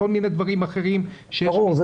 כל מיני דברים אחרים שיש --- ברור.